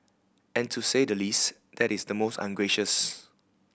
and to say the least that is the most ungracious